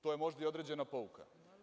To je možda i određena pouka.